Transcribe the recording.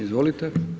Izvolite.